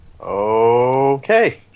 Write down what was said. Okay